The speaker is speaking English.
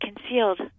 concealed